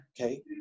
Okay